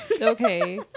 Okay